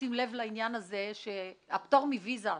לשים לב לעניין של הפטור מוויזה.